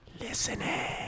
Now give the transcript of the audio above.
listening